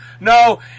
No